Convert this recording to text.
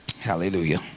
hallelujah